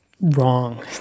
wrong